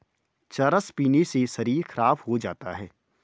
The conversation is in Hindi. चरस पीने से शरीर खराब हो जाता है